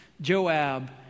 Joab